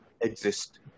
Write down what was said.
exist